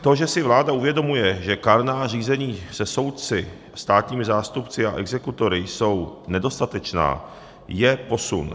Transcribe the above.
To, že si vláda uvědomuje, že kárná řízení se soudci, státními zástupci a exekutory jsou nedostatečná, je posun.